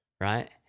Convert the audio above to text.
right